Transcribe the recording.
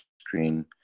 screen